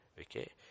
okay